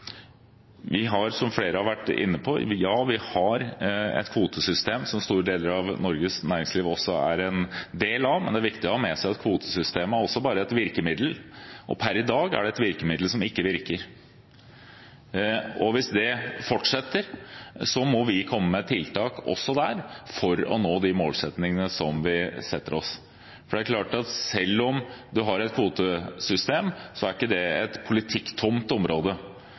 som flere har vært inne på – et kvotesystem som store deler av Norges næringsliv også er en del av, men det er viktig å ha med seg at kvotesystemet også bare er et virkemiddel. Per i dag er det et virkemiddel som ikke virker, og hvis dét fortsetter, må vi komme med tiltak også der for å nå de målsettingene som vi setter oss. For selv om vi har et kvotesystem, så er ikke det et politikk-tomt område;